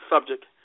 subject